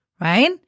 right